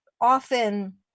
often